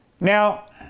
Now